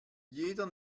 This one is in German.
jeder